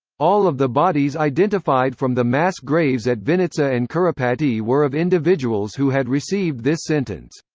all of the bodies identified from the mass graves at vinnitsa and kuropaty were of individuals who had received this sentence.